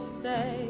say